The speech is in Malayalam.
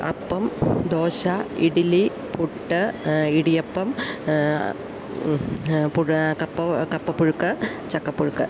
അപ്പം ദോശ ഇഡലി പുട്ട് ഇടിയപ്പം കപ്പ കപ്പപ്പുഴുക്ക് ചക്കപ്പുഴുക്ക്